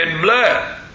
blood